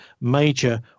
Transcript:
major